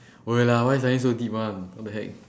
!oi! lah why suddenly so deep one what the heck